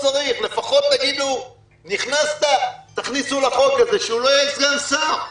לפחות תכניסו לחוק הזה שהוא לא יהיה סגן שר.